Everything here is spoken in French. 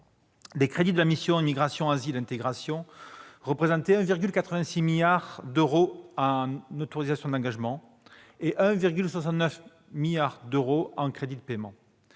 les crédits de la mission « Immigration, asile et intégration » représentent 1,86 milliard d'euros en autorisations d'engagement et 1,69 milliard d'euros en crédits de paiement,